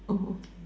oh okay